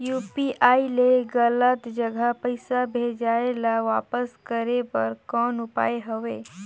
UPI ले गलत जगह पईसा भेजाय ल वापस करे बर कौन उपाय हवय?